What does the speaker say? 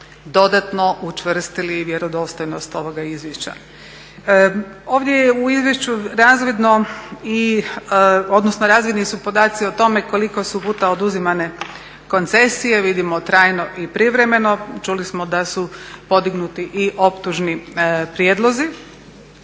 dodatno učvrstili vjerodostojnost ovoga izvješća. Ovdje su u izvješću razvidni podaci o tome koliko su puta oduzimane koncesije, vidimo trajno i privremeno. Čuli smo da su podignuti i optužni prijedlozi.